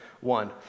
one